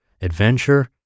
adventure